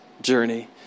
journey